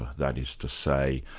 that is to say,